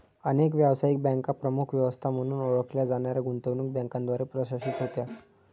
अनेक व्यावसायिक बँका प्रमुख व्यवस्था म्हणून ओळखल्या जाणाऱ्या गुंतवणूक बँकांद्वारे प्रशासित होत्या